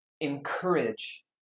encourage